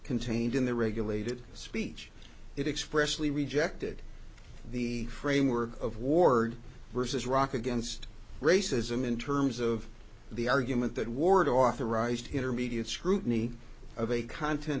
contained in the regulated speech it expressly rejected the framework of ward vs rock against racism in terms of the argument that ward authorized intermediate scrutiny of a content